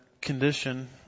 condition